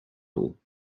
all